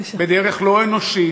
בדרך פסולה, בדרך לא אנושית,